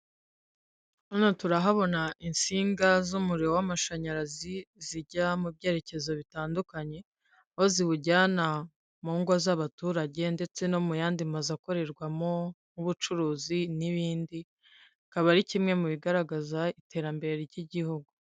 Hano turahabona insinga z'umuriro w'amashanyarazi zijya mu byerekezo bitandukanye, aho ziwujyana mu ngo z'abaturage ndetse no mu yandi mazu akorerwamo nk'ubucuruzi n'ibindi, akaba ari kimwe mu bigaragaza iterambere ry'igihugu.